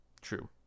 True